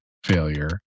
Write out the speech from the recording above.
failure